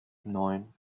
neun